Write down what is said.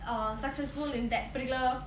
err successful in that particular